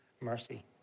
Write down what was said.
mercy